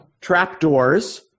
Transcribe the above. trapdoors